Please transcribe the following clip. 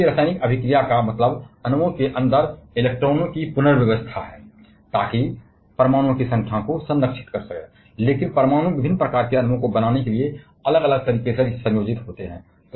और किसी भी रासायनिक प्रतिक्रिया का मतलब अणुओं के अंदर इलेक्ट्रॉनों का पुनर्सृजन है जिससे परमाणुओं की संख्या को संरक्षित किया जाता है लेकिन परमाणु विभिन्न प्रकार के अणुओं को बनाने के लिए अलग अलग तरीके से संयोजित होते हैं